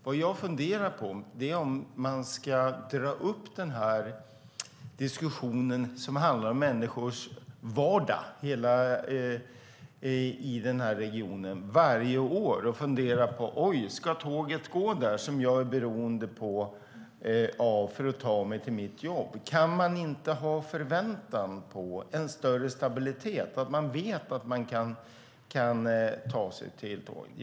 Vad jag funderar på är om man ska dra upp den diskussion som handlar om människors vardag i denna region varje år och fundera på: Oj, ska tåget som jag är beroende av för att ta mig till mitt jobb gå där? Kan man inte ha förväntan på en större stabilitet, så att man vet att man kan ta sig till jobbet?